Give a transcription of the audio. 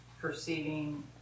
perceiving